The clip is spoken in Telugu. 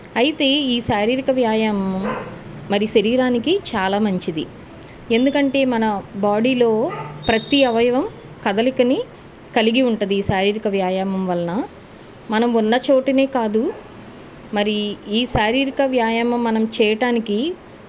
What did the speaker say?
అయితే ఈ శారీరిక వ్యాయామం మరి శరీరానికి చాలా మంచిది ఎందుకంటే మన బాడీలో ప్రతీ అవయవం కదలికని కలిగి ఉంటుంది శారీరక వ్యాయామం వలన మనం ఉన్న చోటు అనే కాదు మరి ఈ శారీరిక వ్యాయామం మనం చేయటానికి